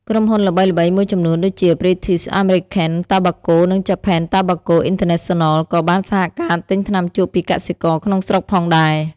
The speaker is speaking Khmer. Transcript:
ក្រុមហ៊ុនល្បីៗមួយចំនួនដូចជា British American Tobacco និង Japan Tobacco International ក៏បានសហការទិញថ្នាំជក់ពីកសិករក្នុងស្រុកផងដែរ។